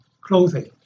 clothing